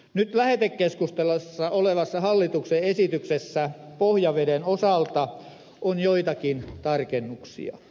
nyt lähetekeskustelussa olevassa hallituksen esityksessä pohjaveden osalta on joitakin tarkennuksia